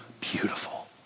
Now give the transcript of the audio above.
beautiful